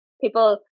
people